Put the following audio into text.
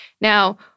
Now